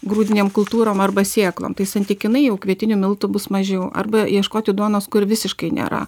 grūdinėm kultūrom arba sėklom tai santykinai jau kvietinių miltų bus mažiau arba ieškoti duonos kur visiškai nėra